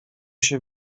się